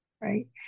right